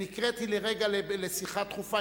נקראתי לרגע לשיחה דחופה,